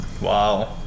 Wow